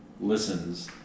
listens